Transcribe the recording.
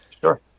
Sure